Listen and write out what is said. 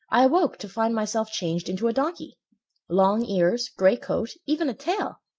i awoke to find myself changed into a donkey long ears, gray coat, even a tail!